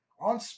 on